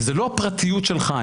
וזה לא פרטיות שלך,